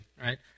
right